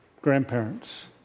Grandparents